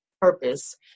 purpose